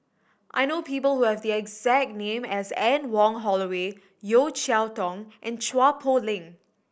I know people who have the exact name as Anne Wong Holloway Yeo Cheow Tong and Chua Poh Leng